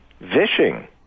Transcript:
vishing